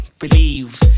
believe